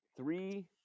Three